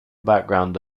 background